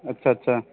اچھا اچھا